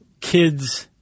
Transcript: kids